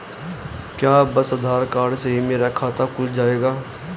क्या बस आधार कार्ड से ही मेरा खाता खुल जाएगा?